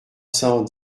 cent